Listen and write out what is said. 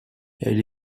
elle